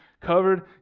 covered